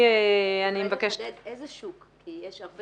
אולי נחדד איזה שוק כי יש הרבה